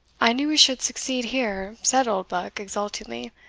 i knew we should succeed here, said oldbuck exultingly,